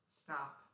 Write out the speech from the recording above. stop